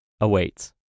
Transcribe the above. awaits